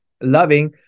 loving